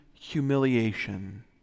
humiliation